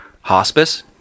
hospice